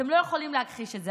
אתם לא יכולים להכחיש את זה,